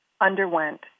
underwent